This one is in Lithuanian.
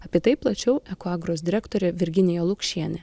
apie tai plačiau ekoagros direktorė virginija lukšienė